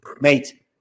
mate